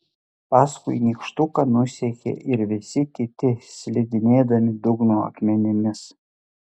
paskui nykštuką nusekė ir visi kiti slidinėdami dugno akmenimis